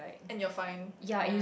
and your fine ya